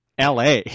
LA